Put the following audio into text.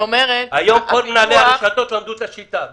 היום כל מנהלי הרשתות למדו את השיטה,